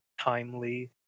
timely